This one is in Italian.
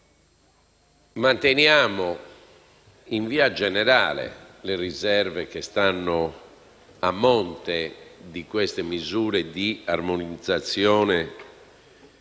Manteniamo in via generale le riserve che stanno a monte di queste misure di armonizzazione